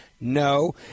No